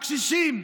הקשישים,